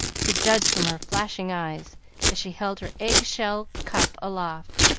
to judge from her flashing eyes as she held her egg-shell cup aloft,